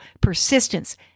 persistence